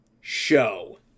show